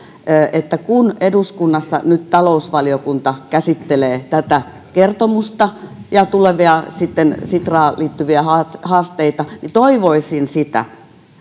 että kun eduskunnassa nyt talousvaliokunta käsittelee tätä kertomusta ja tulevia sitraan liittyviä haasteita haasteita niin toivoisin sitä